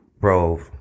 bro